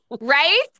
Right